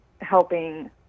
helping